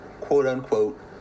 quote-unquote